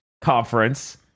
conference